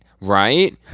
Right